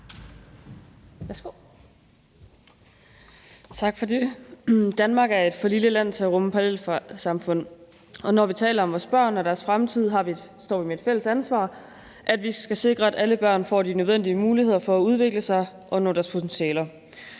(LA): Tak for det. Danmark er et for lille land til at rumme parallelsamfund, og når vi taler om vores børn og deres fremtid, står vi med et fælles ansvar: at vi skal sikre, at alle børn får de nødvendige muligheder for at udvikle sig og nå deres potentialer.